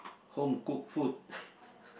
home cooked food